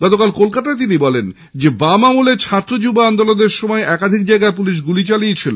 গতকাল কলকাতায় তিনি বলেন বাম আমলে ছাত্র যুব আন্দোলনের সময় একাধিক জায়গায় পুলিশ গুলি চালিয়েছে